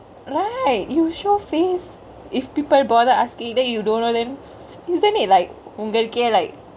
ya you show face if people bother askingk then you don't know then is there any like உங்களுக்கே:ungkaluke like